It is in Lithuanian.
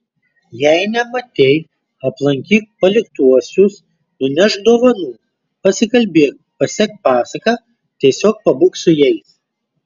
jei nematei aplankyk paliktuosius nunešk dovanų pasikalbėk pasek pasaką tiesiog pabūk su jais